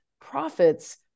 profits